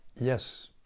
Yes